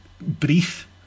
brief